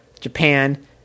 Japan